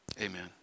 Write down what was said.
Amen